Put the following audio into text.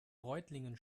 reutlingen